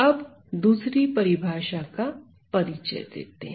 अब दूसरी परिभाषा का परिचय देते हैं